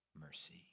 mercy